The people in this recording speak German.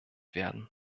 werden